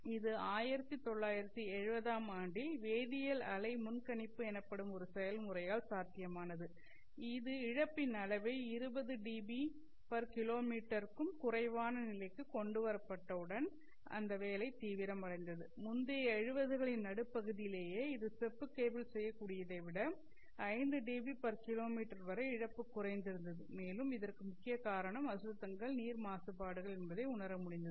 இது 1970 ஆம் ஆண்டில் வேதியியல் அலை முன்கணிப்பு எனப்படும் ஒரு செயல்முறையால் சாத்தியமானது இது இழப்பின் அளவை 20 டிபிகிமீ dBKm க்கும் குறைவான நிலைக்கு கொண்டு வரப்பட்டவுடன் அந்த வேலை தீவிரம் அடைந்தது முந்தைய 70 களின் நடுப்பகுதியிலேயே இது செப்பு கேபிள் செய்யக்கூடியதை விட 5 டிபிகிமீ dBKm வரை இழப்பு குறைந்து இருந்தது மேலும் இதற்கு முக்கிய காரணம் அசுத்தங்கள் நீர் மாசுபாடுகள் என்பதை உணர முடிந்தது